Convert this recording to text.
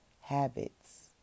habits